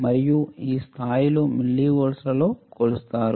మరియు ఈ స్థాయిలు మిల్లివోల్ట్లలో కొలుస్తారు